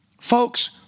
Folks